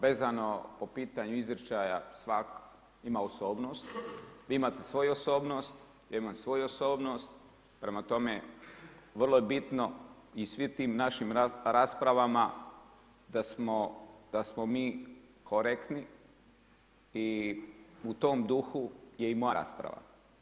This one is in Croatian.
Vezano po pitanju izričaja, svak ima osobnost, vi imate svoju osobnost, ja imam svoju osobnost, prema tome vrlo je bitno i u svim tim našim raspravama da smo mi korektni i u tom duhu je i moja rasprava.